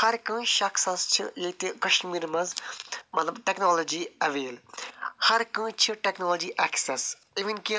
ہر کٲنٛسہِ شخَصس چھِ ییٚتہِ کشمیٖرٕ منٛز مطلب ٹٮ۪کنالجی اٮ۪ویل ہر کٲنٛسہِ چھِ ٹٮ۪کنالجی اٮ۪کسٮ۪س اِوٕن کہِ